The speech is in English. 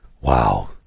Wow